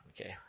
Okay